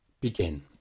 begin